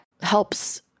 helps